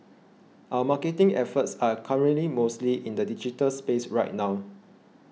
our marketing efforts are currently mostly in the digital space right now